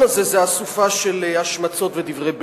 הזה זה אסופה של השמצות ודברי בלע.